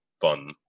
fun